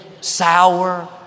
sour